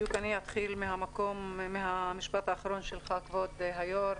אני אתחיל מהמשפט האחרון שלך כבוד היושב ראש,